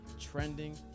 trending